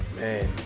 man